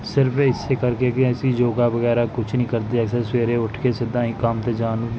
ਸਿਰਫ਼ ਇਸ ਕਰਕੇ ਕਿ ਅਸੀਂ ਯੋਗਾ ਵਗੈਰਾ ਕੁਛ ਨਹੀਂ ਕਰਦੇ ਅਸੀਂ ਸਵੇਰੇ ਉੱਠ ਕੇ ਸਿੱਧਾ ਹੀ ਕੰਮ 'ਤੇ ਜਾਣ ਨੂੰ